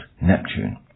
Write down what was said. Neptune